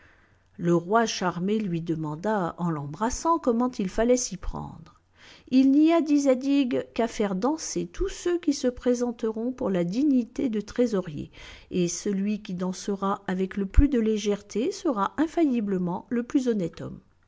le roi charmé lui demanda en l'embrassant comment il fallait s'y prendre il n'y a dit zadig qu'à faire danser tous ceux qui se présenteront pour la dignité de trésorier et celui qui dansera avec le plus de légèreté sera infailliblement le plus honnête homme